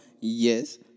yes